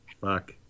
Fuck